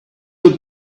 your